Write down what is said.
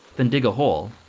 then dig a hole